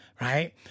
right